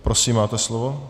Prosím, máte slovo.